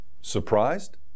Surprised